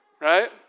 Right